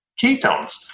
ketones